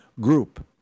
group